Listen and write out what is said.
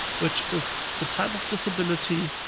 which is the type of disability,